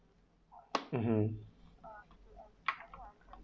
mmhmm